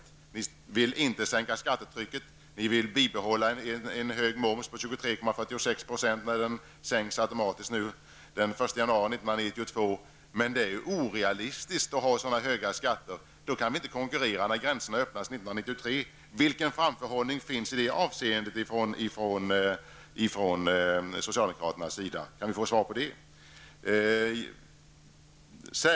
Ni vill inte sänka skattetrycket, ni vill bibehålla en hög moms på 23,46 % när motsvarande skatt sänks automatiskt den 1 januari år 1992. Det är orealistiskt att ha sådana höga skatter, eftersom vi då inte kan konkurrera när gränserna öppnas år 1993. Vilken framförhållning finns i det avseendet hos socialdemokraterna? Kan jag få ett svar på detta?